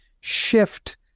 shift